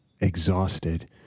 exhausted